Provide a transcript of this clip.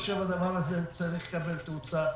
הדבר הזה צריך לקבל תאוצה.